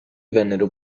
vennero